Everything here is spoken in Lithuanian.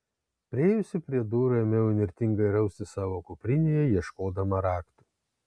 priėjusi prie durų ėmiau įnirtingai raustis savo kuprinėje ieškodama raktų